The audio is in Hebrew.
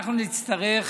אנחנו נצטרך,